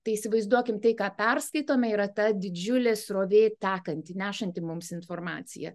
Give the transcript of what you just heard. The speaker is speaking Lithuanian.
tai įsivaizduokime tai ką perskaitome yra ta didžiulė srovė tekanti nešanti mums informaciją